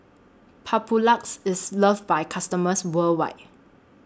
Papulex IS loved By its customers worldwide